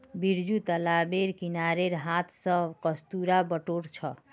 बिरजू तालाबेर किनारेर हांथ स कस्तूरा बटोर छ